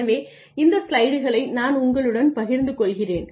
எனவே இந்த ஸ்லைடுகளை நான் உங்களுடன் பகிர்ந்து கொள்கிறேன்